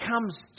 comes